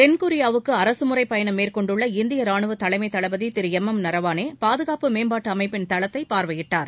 தென்கொரியாவுக்கு அரசு முறை பயணம் மேற்கொண்டுள்ள இந்திய ராணுவ தலைமை தளபதி திரு ளம் எம் நரவானே பாதுகாப்பு மேம்பாட்டு அமைப்பின் தளத்தை பார்வையிட்டார்